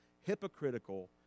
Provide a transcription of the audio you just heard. hypocritical